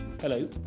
Hello